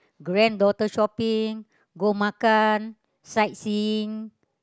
granddaughter shopping go makan sight seeing